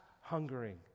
hungering